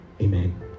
amen